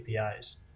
APIs